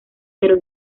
pero